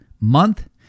month